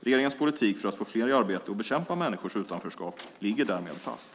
Regeringens politik för att få fler i arbete och bekämpa människors utanförskap ligger därmed fast.